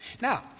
Now